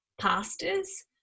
pastors